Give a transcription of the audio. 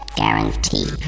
guarantee